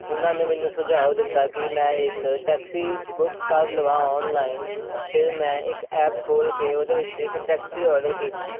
ਉਹਨਾਂ ਨੇ ਮੈਨੂੰ ਸੁਝਾਓ ਦਿੱਤਾ ਕਿ ਮੈਂ ਇੱਕ ਟੈਕਸੀ ਬੁੱਕ ਕਰ ਲਵਾਂ ਔਨਲਾਈਨ ਫਿਰ ਮੈਂ ਇੱਕ ਐਪ ਖੋਲ ਕੇ ਉਹਦੇ ਵਿੱਚ ਇੱਕ ਟੈਕਸੀ ਔਡਰ ਕੀਤੀ